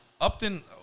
Upton